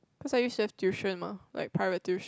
because I use to have tuition mah like private tuition